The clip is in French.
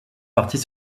partis